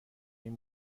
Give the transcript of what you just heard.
این